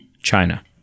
China